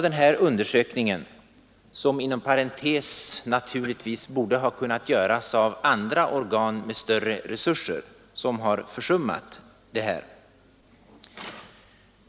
Denna undersökning borde inom parentes sagt ha kunnat göras av andra organ med större resurser än Ekumeniska nämnden, men de har försummat detta.